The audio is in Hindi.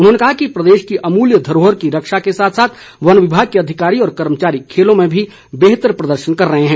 उन्होंने कहा कि प्रदेश की अमूल्य धरोहर की रक्षा के साथ साथ वन विभाग के अधिकारी व कर्मचारी खेलों में भी बेहतर प्रदर्शन कर रहे हैं